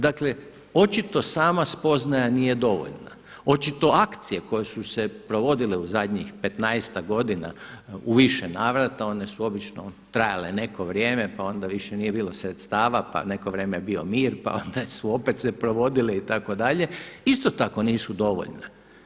Dakle očito sama spoznaja nije dovoljna, očito akcije koje su se provodile u zadnji 15-ak godina u više navrata one su obično trajale neko vrijeme pa onda više nije bilo sredstava pa neko vrijeme je bio mir pa onda su opet se provodile itd., isto tako nisu dovoljne.